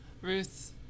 Ruth